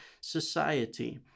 society